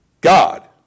God